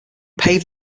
paved